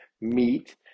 meat